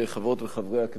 חברות וחברי הכנסת,